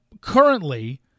Currently